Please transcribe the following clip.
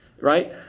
right